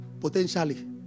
potentially